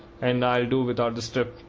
and i'll do without the strip.